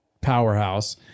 powerhouse